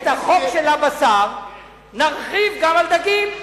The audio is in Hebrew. את החוק של הבשר נרחיב גם על דגים.